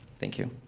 thank you.